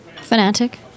Fanatic